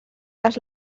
les